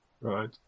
Right